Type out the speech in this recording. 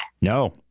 No